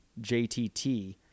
JTT